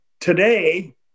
today